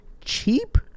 Cheap